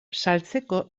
saltzeko